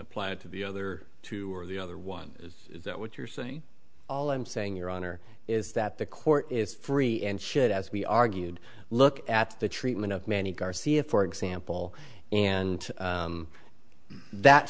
apply it to the other two or the other one is that what you're saying all i'm saying your honor is that the court is free and should as we argued look at the treatment of mannie garcia for example and that